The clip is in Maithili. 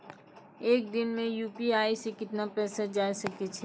एक दिन मे यु.पी.आई से कितना पैसा जाय सके या?